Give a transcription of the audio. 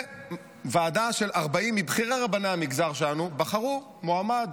ועדה של 40 מבכירי רבני המגזר שלנו בחרו מועמד,